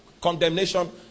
condemnation